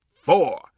four